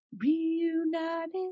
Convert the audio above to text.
reunited